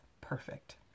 Perfect